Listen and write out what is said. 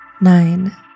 Nine